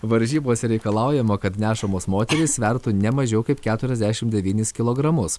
varžybose reikalaujama kad nešamos moterys svertų ne mažiau kaip keturiasdešim devynis kilogramus